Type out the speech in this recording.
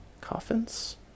coffins